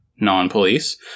non-police